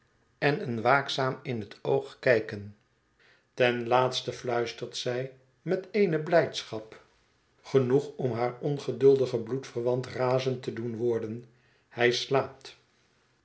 en een waakzaam in de oogen kijken ten laatste fluistert zij met eene blijdschap genoeg om moeielijke positie vooe miss volumnia haar ongeduldigen bloedverwant razend te doen worden hij slaapt